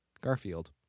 Garfield